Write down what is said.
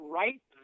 right